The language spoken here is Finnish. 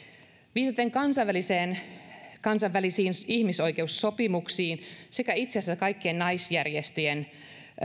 viitaten kansainvälisiin ihmisoikeussopimuksiin sekä itse asiassa kaikkien naisjärjestöjen